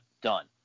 Done